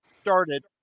started